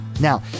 Now